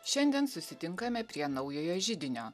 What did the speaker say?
šiandien susitinkame prie naujojo židinio